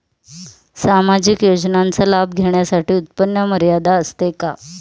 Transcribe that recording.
सामाजिक योजनांचा लाभ घेण्यासाठी उत्पन्न मर्यादा असते का?